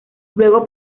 luego